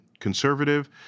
conservative